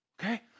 Okay